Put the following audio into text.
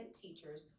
teachers